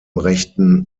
rechten